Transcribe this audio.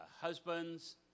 husbands